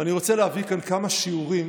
ואני רוצה להביא כאן כמה שיעורים.